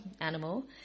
animal